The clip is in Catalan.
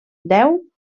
deu